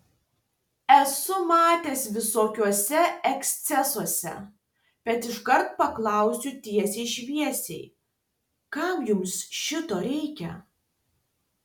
esu matęs visokiuose ekscesuose bet iškart paklausiu tiesiai šviesiai kam jums šito reikia